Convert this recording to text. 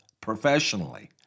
professionally